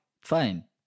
Fine